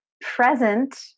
present